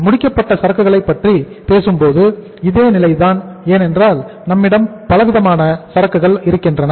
முடிக்கப்பட்ட சரக்குகளைப் பற்றி பேசும் போதும் இதே நிலை தான் ஏனென்றால் நம்மிடம் பலவிதமான சரக்குகள் இருக்கின்றன